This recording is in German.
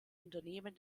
unternehmen